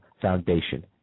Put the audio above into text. Foundation